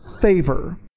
favor